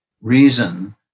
reason